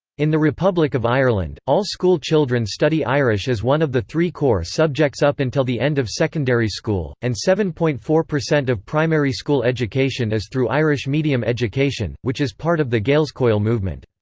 in the republic of ireland, all school children study irish as one of the three core subjects up until the end of secondary school, and seven point four of primary school education is through irish medium education, which is part of the gaelscoil movement.